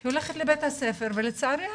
היא הולכת לבית הספר ולצערי הרב,